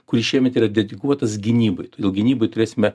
kuris šiemet yra dedikuotas gynybai todėl gynybai turėsime